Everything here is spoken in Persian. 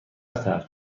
ترک